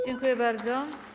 Dziękuję bardzo.